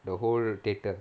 the whole theatre